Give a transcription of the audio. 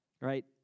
right